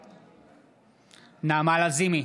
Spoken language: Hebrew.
בעד נעמה לזימי,